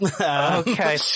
Okay